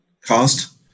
cost